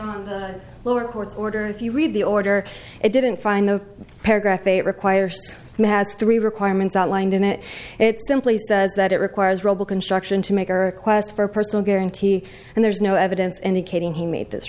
will lower court order if you read the order it didn't find the paragraph it requires has three requirements outlined in it it simply says that it requires robel construction to make her quest for personal guarantee and there's no evidence indicating he made this